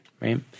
right